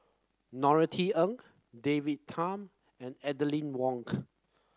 Norothy Ng David Tham and Aline Wonk